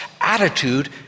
attitude